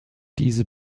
diese